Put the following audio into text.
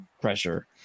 pressure